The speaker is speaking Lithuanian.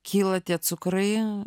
kyla tie cukrai